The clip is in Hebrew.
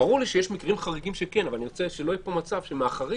ברור לי שי מקרים חריגים שכן אבל שלא ייפול מצב שמהחריג